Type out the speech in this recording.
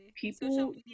people